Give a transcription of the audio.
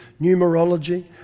numerology